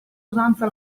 usanza